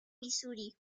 missouri